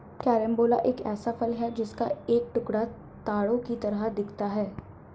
carambola एक ऐसा फल है जिसका एक टुकड़ा तारों की तरह दिखता है